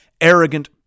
arrogant